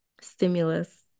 stimulus